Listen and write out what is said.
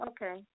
Okay